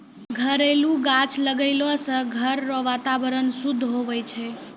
घरेलू गाछ लगैलो से घर रो वातावरण शुद्ध हुवै छै